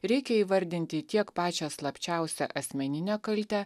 reikia įvardinti tiek pačią slapčiausią asmeninę kaltę